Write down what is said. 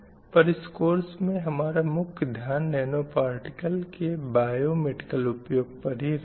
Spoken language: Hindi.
पर इस कोर्स में हमारा मुख्य ध्यान नैनो पार्टिकल के बायो मेडिकल उपयोग पर ही रहेगा